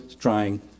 trying